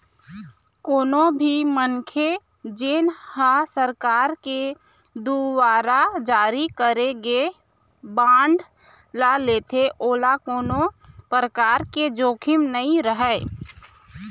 कोनो भी मनखे जेन ह सरकार के दुवारा जारी करे गे बांड ल लेथे ओला कोनो परकार के जोखिम नइ रहय